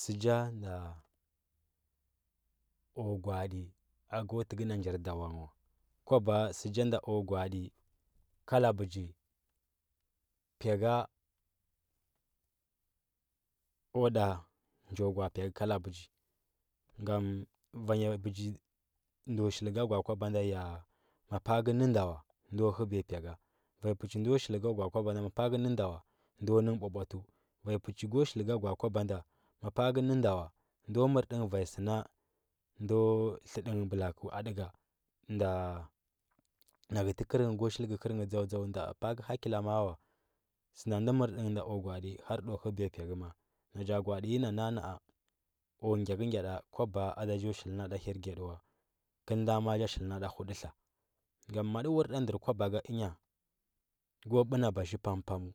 Sɚ ja nda o gula’aɗi ago dɚgɚ na njir dawa ngɚ wa sɚ ja nda o gwa aɗi kala bɚgi piga o ɗa jo gula, a pi ga kala bɚgi gam va nya bɚgi ndɚ shili ga gwaa kwaba nda ya mapa ngɚ nɚ nda wa ndo hubiya pi ga va nyi puchi ndo shili ga gwaa kwaba nda mapa ngɚ nɚ nda ndo nɚ nghɚ ambwa tɚu varyi puchi go shili ga gwa, a kwaba nda mapa ngɚ nɚ nda wa ndo tlɚɗi ngɚ balaku aɗi ga nda nakɚ tɚkɚrɚ ngh go shil gɚ kɚrɚ angh dȝau ya pa, a ngɚ go hakila ma. a wa sɚ mdandɚ mɚr ɗin nda o gwa, adi har ɗa lɚbiya piy ga maa na ja gwa, adi ni na nara na. a o gyakɚgya ɗa kwaba ada jo shilna ɗa hirgyaɗi wa kɚl nda ma. a ja shil na hudɚ tla gam ma ɗi wur ɗa ndɚr kwabo ga ɚnya go ɓɚ na bazhɚ pam pamu